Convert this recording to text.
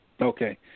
Okay